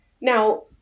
Now